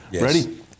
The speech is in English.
Ready